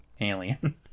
alien